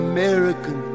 American